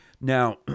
Now